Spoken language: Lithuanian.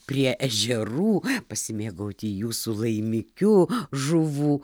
prie ežerų pasimėgauti jūsų laimikiu žuvų